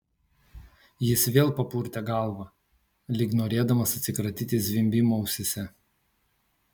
jis vėl papurtė galvą lyg norėdamas atsikratyti zvimbimo ausyse